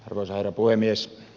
arvoisa herra puhemies